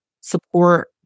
support